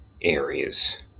Aries